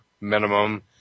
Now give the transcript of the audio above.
minimum